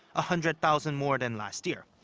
a hundred thousand more than last year.